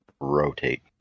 rotate